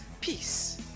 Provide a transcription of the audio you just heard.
Peace